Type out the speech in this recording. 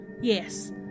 Yes